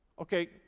Okay